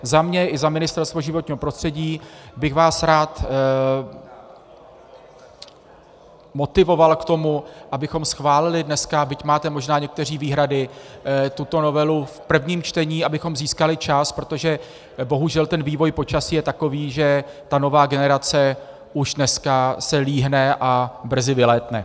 Za mě i za Ministerstvo životního prostředí bych vás rád motivoval k tomu, abychom schválili dneska, byť máte možná někteří výhrady, tuto novelu v prvním čtení, abychom získali čas, protože bohužel vývoj počasí je takový, že nová generace se už dneska líhne a brzy vylétne.